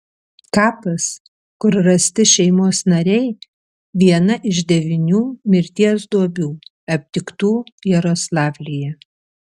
kapas kur rasti šeimos nariai viena iš devynių mirties duobių aptiktų jaroslavlyje